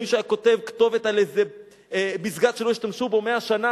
אם מישהו היה כותב כתובת על איזה מסגד שלא השתמשו בו 100 שנה,